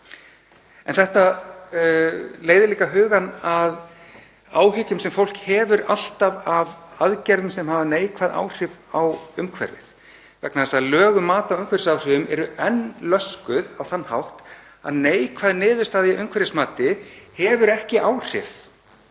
Þetta leiðir líka hugann að áhyggjum sem fólk hefur alltaf af aðgerðum sem hafa neikvæð áhrif á umhverfið vegna þess að lög um mat á umhverfisáhrifum eru enn löskuð á þann hátt að neikvæð niðurstaða í umhverfismati hefur ekki áhrif,